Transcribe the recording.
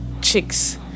chicks